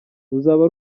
ruzaba